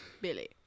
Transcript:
Billy